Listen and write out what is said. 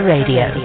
Radio